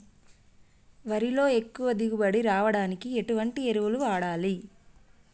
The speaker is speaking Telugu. వరిలో ఎక్కువ దిగుబడి రావడానికి ఎటువంటి ఎరువులు వాడాలి?